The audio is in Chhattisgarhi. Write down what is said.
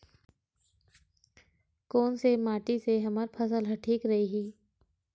कोन से माटी से हमर फसल ह ठीक रही?